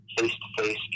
face-to-face